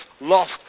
lost